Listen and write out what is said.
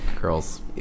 girls